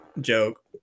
joke